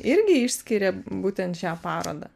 irgi išskiria būtent šią parodą